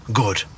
good